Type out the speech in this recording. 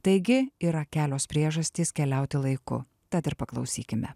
taigi yra kelios priežastys keliauti laiku tad ir paklausykime